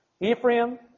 Ephraim